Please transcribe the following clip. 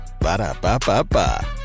Ba-da-ba-ba-ba